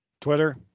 Twitter